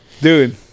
dude